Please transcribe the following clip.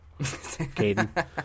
Caden